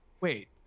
Wait